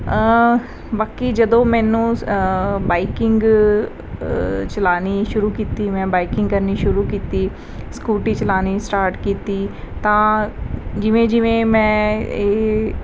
ਬਾਕੀ ਜਦੋਂ ਮੈਨੂੰ ਸ ਬਾਈਕਿੰਗ ਚਲਾਉਣੀ ਸ਼ੁਰੂ ਕੀਤੀ ਮੈਂ ਬਾਈਕਿੰਗ ਕਰਨੀ ਸ਼ੁਰੂ ਕੀਤੀ ਸਕੂਟੀ ਚਲਾਉਣੀ ਸਟਾਰਟ ਕੀਤੀ ਤਾਂ ਜਿਵੇਂ ਜਿਵੇਂ ਮੈਂ ਇਹ